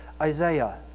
Isaiah